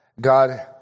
God